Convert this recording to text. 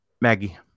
maggie